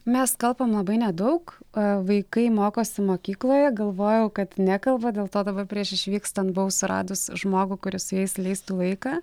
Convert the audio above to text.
mes kalbam labai nedaug a vaikai mokosi mokykloje galvojau kad nekalba dėl to dabar prieš išvykstant buvau suradus žmogų kuris su jais leistų laiką